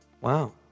Wow